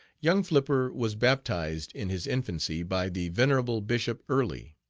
young flipper was baptized in his infancy by the venerable bishop early.